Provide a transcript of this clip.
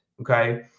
okay